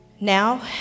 Now